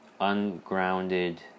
Ungrounded